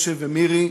משה ומירי,